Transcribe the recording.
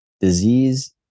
disease